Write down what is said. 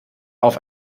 auf